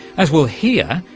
as we'll hear,